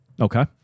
Okay